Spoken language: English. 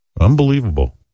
Unbelievable